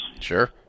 sure